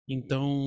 Então